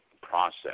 process